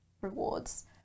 rewards